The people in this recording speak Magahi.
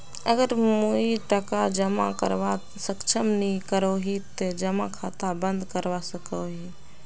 अगर मुई टका जमा करवात सक्षम नी करोही ते जमा खाता बंद करवा सकोहो ही?